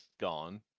gone